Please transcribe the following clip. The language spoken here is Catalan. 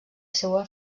seua